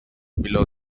below